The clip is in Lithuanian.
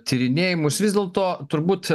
tyrinėjimus vis dėlto turbūt